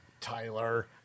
Tyler